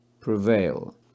prevail